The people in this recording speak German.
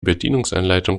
bedienungsanleitung